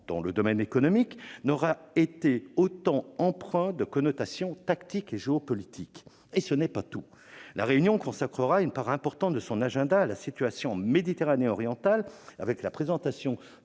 dans le domaine économique, n'aura été autant empreint de connotations tactiques et géopolitiques. Et ce n'est pas tout ! La réunion consacrera une part importante de son agenda à la situation en Méditerranée orientale, avec la présentation